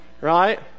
right